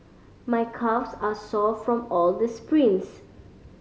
my calves are sore from all the sprints